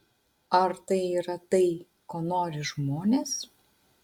ar tai yra tai ko nori žmonės